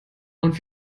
und